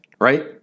right